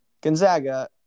Gonzaga